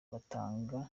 batanga